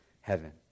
heaven